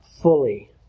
fully